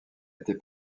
été